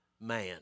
man